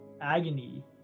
agony